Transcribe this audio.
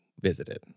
visited